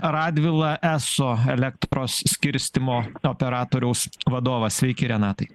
radvila eso elektros skirstymo operatoriaus vadovas sveiki renatai